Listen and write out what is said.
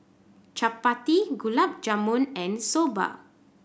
Chapati Gulab Jamun and Soba